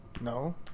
No